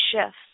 shifts